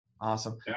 Awesome